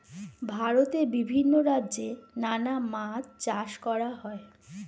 ভারতে বিভিন্ন রাজ্যে নানা মাছ চাষ করা হয়